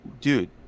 dude